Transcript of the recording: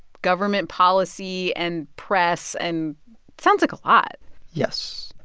government policy and press and sounds like a lot yes.